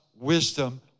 wisdom